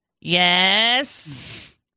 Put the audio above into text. Yes